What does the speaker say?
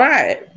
Right